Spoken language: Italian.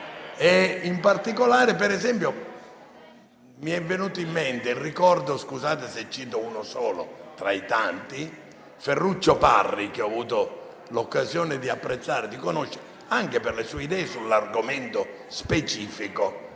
In particolare, per esempio, mi è venuto in mente il ricordo - scusate se ne cito uno solo tra i tanti - di Ferruccio Parri, che ho avuto l'occasione di apprezzare e di conoscere anche per le sue idee sull'argomento specifico